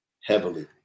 heavily